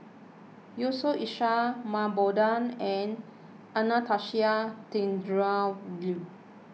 Yusof Ishak Mah Bow Tan and Anastasia Tjendri Liew